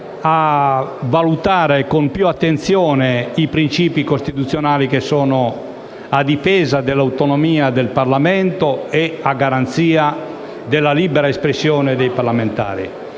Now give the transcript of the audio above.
a valutare con maggiore attenzione i principi costituzionali che sono a difesa dell'autonomia del Parlamento e a garanzia della libera espressione dei parlamentari.